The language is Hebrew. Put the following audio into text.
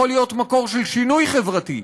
יכול להיות מקור של שינוי חברתי,